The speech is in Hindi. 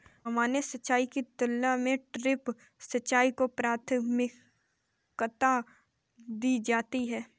सामान्य सिंचाई की तुलना में ड्रिप सिंचाई को प्राथमिकता दी जाती है